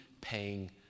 paying